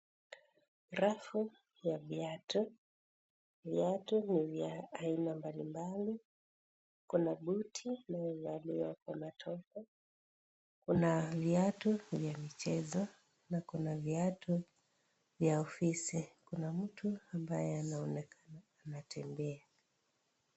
Rafu ya viatu, viatu ni vya aina mbali mbali kuna buti yanayovaliwa kwa matope kuna viatu vya michezo na kuna viatu vya ofisi, kuna mtu ambaye anaonekana anatembea.